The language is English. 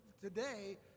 today